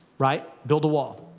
right. build the wall.